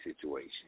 situation